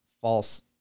false